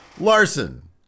Larson